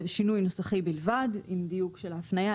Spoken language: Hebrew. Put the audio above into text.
זה שינוי נוסחי בלבד עם דיוק של ההפניה.